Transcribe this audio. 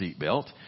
seatbelt